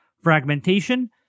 fragmentation